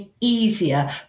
easier